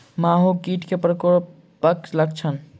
माहो कीट केँ प्रकोपक लक्षण?